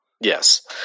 Yes